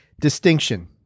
distinction